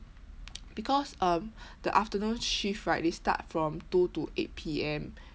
because um the afternoon shift right they start from two to eight P_M